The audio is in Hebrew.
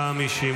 נתקבלה.